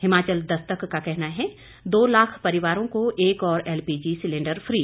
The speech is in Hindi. हिमाचल दस्तक का कहना है दो लाख परिवारों को एक और एलपीजी सिलेंडर फी